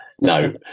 No